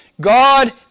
God